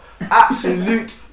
Absolute